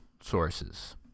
sources